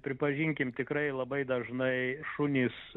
pripažinkim tikrai labai dažnai šunys